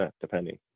depending